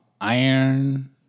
iron